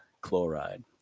chloride